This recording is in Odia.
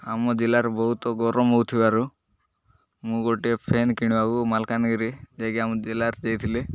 ଆମ ଜିଲ୍ଲାରେ ବହୁତ ଗରମ ହଉଥିବାରୁ ମୁଁ ଗୋଟିଏ ଫ୍ୟାନ୍ କିଣିବାକୁ ମାଲକାନଗିରି ଯାଇକି ଆମ ଜିଲ୍ଲାରେ ଯାଇଥିଲି